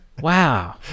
Wow